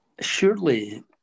Surely